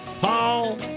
Paul